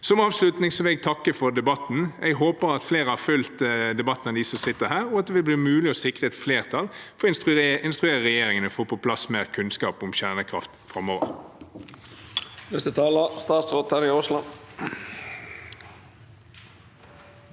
Som avslutning vil jeg takke for debatten. Jeg håper at flere har fulgt debatten enn dem som sitter her, og at det vil bli mulig å sikre et flertall for å inspirere regjeringen til å få på plass mer kunnskap om kjernekraft framover.